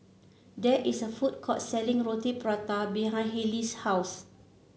there is a food court selling Roti Prata behind Halie's house